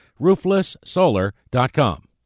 RooflessSolar.com